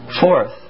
Fourth